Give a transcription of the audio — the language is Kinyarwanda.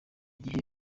gihe